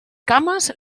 cames